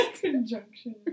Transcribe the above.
Conjunction